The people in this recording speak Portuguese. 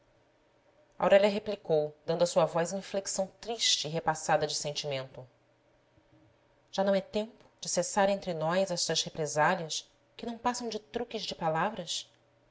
nome aurélia replicou dando à sua voz inflexão triste e repassada de sentimento já não é tempo de cessar entre nós estas represálias que não passam de truques de palavras